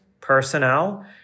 personnel